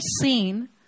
seen